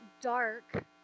dark